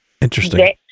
Interesting